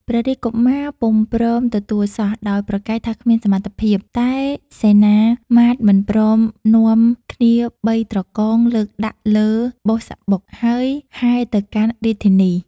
ព្រះរាជកុមារពុំព្រមទទួលសោះ ដោយប្រកែកថាគ្មានសមត្ថភាព តែសេនាមាត្យមិនព្រមនាំគ្នាបីត្រកងលើកដាក់លើបុស្សបុក ហើយហែទៅកាន់រាជធានី។